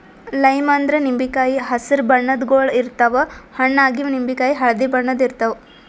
lime ಅಂದ್ರ ನಿಂಬಿಕಾಯಿ ಹಸ್ರ್ ಬಣ್ಣದ್ ಗೊಳ್ ಇರ್ತವ್ ಹಣ್ಣ್ ಆಗಿವ್ ನಿಂಬಿಕಾಯಿ ಹಳ್ದಿ ಬಣ್ಣದ್ ಇರ್ತವ್